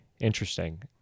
interesting